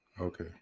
Okay